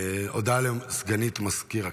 הודעה לסגנית מזכיר הכנסת.